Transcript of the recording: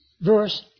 verse